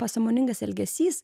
pasąmoningas elgesys